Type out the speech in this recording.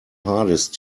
hardest